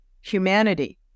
humanity